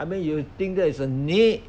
I mean you think there is a need